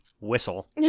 whistle